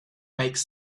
makes